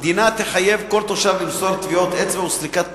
המדינה תחייב כל תושב למסור טביעות אצבע וסריקת פנים,